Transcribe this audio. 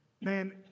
man